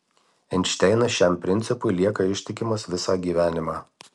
einšteinas šiam principui lieka ištikimas visą gyvenimą